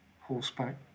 horseback